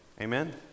Amen